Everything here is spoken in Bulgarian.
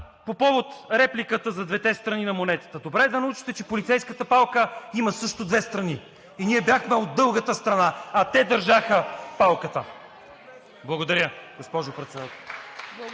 по повод репликата за двете страни на монетата – добре е да научите, че полицейската палка има също две страни и ние бяхме от дългата страна, а те държаха палката. Благодаря, госпожо Председател.